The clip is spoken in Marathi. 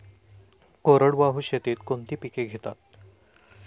कोरडवाहू शेतीत कोणती पिके घेतात?